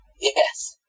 Yes